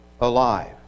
alive